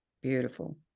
Beautiful